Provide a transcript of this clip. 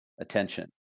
attention